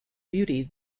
beauty